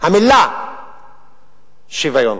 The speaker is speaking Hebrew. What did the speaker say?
המלה "שוויון".